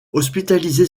hospitalisée